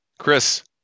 Chris